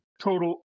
total